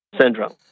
Syndrome